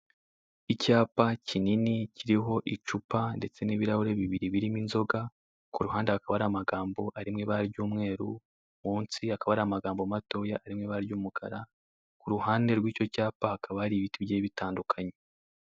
Icyapa kinini kiriho icupa ndetse n'ibirahure bibiri birimo inzoga kuruhande hakaba hari amagambo ari mu ibara ry'umweru, munsi hakaba hari amagambo matoya ari mu ibara ry'umukara, ku ruhande rw'icyo cyapa hakaba hari ibiti bigiye bitandukanye.